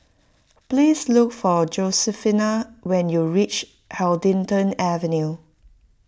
please look for Josefina when you reach Huddington Avenue